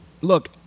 look